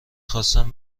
خواستم